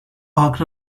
part